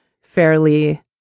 fairly